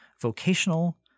vocational